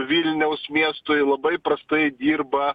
vilniaus miestui labai prastai dirba